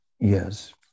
Yes